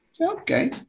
Okay